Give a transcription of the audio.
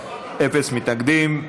אפס מתנגדים.